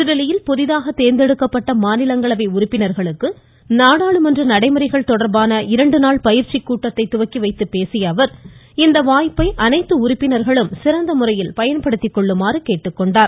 புதுதில்லியில் புதிதாக தேர்ந்தெடுக்கப்பட்ட மாநிலங்களவை உறுப்பினர்களுக்கு நாடாளுமன்ற நடைமுறைகள் தொடா்பான இரண்டு நாள் பயிற்சிக் கூட்டத்தை துவக்கி பேசிய அவர் இந்த வாய்ப்பை அனைத்து உறுப்பினர்களும் சிறந்த வைத்துப் முறையில் பயன்படுத்திக் கொள்ளுமாறு கேட்டுக்கொண்டார்